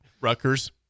Rutgers